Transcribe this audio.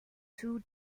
two